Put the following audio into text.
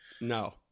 No